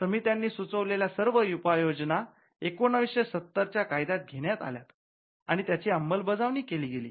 समित्यांनी सुचवलेल्या सर्व उपाययोजना १९७० च्या कायद्यात घेण्यात आल्यात आणि त्याची अंमलबजावणी केली गेली